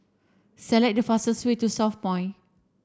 select the fastest way to Southpoint